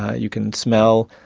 you can smell,